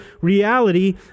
reality